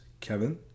Kevin